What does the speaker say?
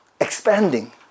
expanding